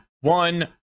one